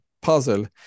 Puzzle